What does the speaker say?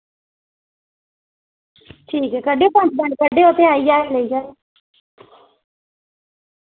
ठीक ऐ कड्ढेओ पंज मैंट कड्ढेओ फ्ही आई जायो लेई जायो